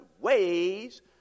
ways